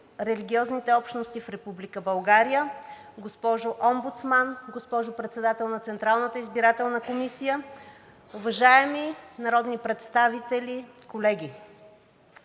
религиозните общности в Република България, госпожо Омбудсман, госпожо Председател на Централната избирателна комисия, уважаеми народни представители, колеги!